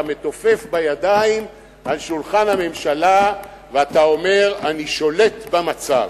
אתה מתופף בידיים על שולחן הממשלה ואתה אומר: אני שולט במצב.